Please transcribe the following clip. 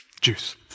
juice